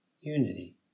unity